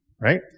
Right